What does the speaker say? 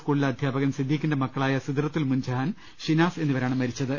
സ്കൂളിലെ അധ്യാപകൻ സിദ്ദീഖിന്റെ മക്കളായ സിദ്റത്തുൽ മുൻജഹാൻ ഷിനാസ് എന്നിവരാണ് ഇന്നലെ മരിച്ചത്